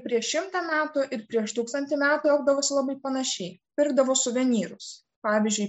prieš šimtą metų ir prieš tūkstantį metų elgdavosi labai panašiai pirkdavo suvenyrus pavyzdžiui